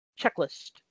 Checklist